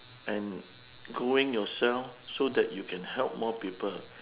and growing yourself so that you can help more people